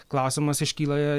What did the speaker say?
klausimas iškyla